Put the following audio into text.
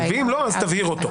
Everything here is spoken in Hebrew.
ואם לא, אז תבהיר אותו.